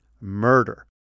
murder